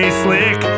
slick